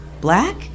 black